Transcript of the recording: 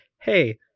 hey